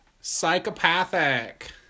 psychopathic